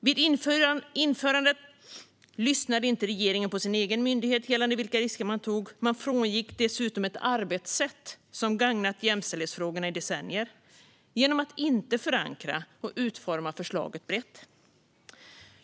Vid införandet lyssnade regeringen inte på sin egen myndighet gällande vilka risker man tog. Genom att inte förankra och utforma förslaget brett frångick man dessutom ett arbetssätt som gagnat jämställdhetsfrågorna i decennier.